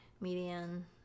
median